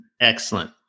excellent